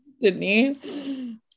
Sydney